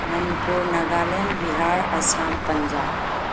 Manipur Nagaland Bihar Assam Punjab